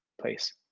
place